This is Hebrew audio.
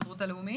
ההסתדרות הלאומית.